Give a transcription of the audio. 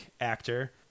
actor